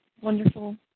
wonderful